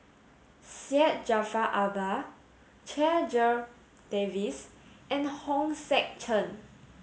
Syed Jaafar Albar Checha Davies and Hong Sek Chern